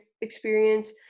experience